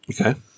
okay